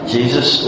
Jesus